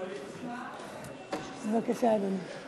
בבקשה, אדוני.